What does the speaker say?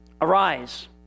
Arise